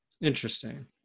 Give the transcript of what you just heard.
Interesting